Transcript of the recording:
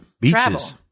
beaches